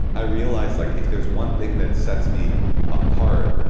i realized like if there's one thing that sets me apart.